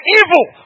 evil